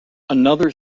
another